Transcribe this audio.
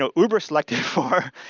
ah uber selected for